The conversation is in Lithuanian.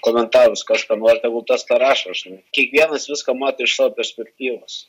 komentarus kas ką nori tegul tas tą rašo žinai kiekvienas viską mato iš savo perspektyvos